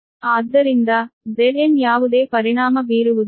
ಆದ್ದರಿಂದ Zn ಯಾವುದೇ ಪರಿಣಾಮ ಬೀರುವುದಿಲ್ಲ